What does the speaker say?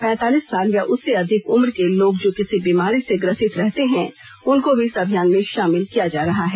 पैंतालीस साल या उससे अधिक उम्र के लोग जो किसी बीमारी से ग्रसित रहते हैं उनको भी इस अभियान में शामिल किया जा रहा है